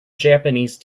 japanese